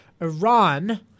Iran